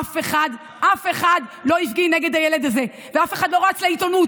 אף אחד לא הפגין נגד הילד הזה ואף אחד לא רץ לעיתונות.